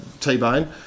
T-bone